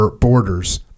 borders